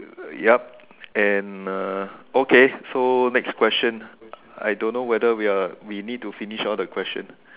uh yup and uh okay so next question I don't know whether we are we need to finish all the question